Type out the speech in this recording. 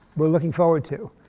we're looking forward to.